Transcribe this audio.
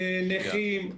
נכים,